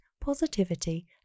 positivity